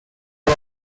out